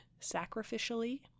sacrificially